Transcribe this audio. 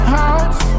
house